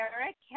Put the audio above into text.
Eric